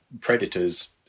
predators